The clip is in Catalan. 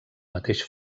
mateix